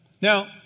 Now